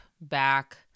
back